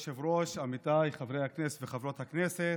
כבוד היושב-ראש, עמיתיי חברי הכנסת וחברות הכנסת,